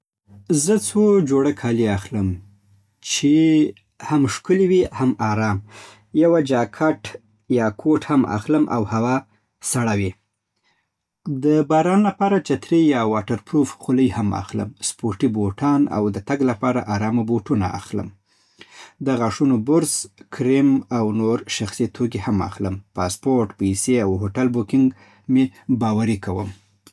زه څو جوړه کالي اخلم، چې هم ښکلي وي هم آرام. یوه جاکټ یا کوټ هم اخلم که هوا سړه وي. د باران لپاره چترۍ یا واټر پروف خولۍ هم اخلم. سپورتي بوټان او د تګ لپاره آرامه بوټونه اخلم. د غاښونو برس، کریم، او نور شخصي توکي هم اخلم. اسپورټ، پېسې، او هوټل بکینګ مې باوري کوم